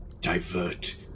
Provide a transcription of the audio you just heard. divert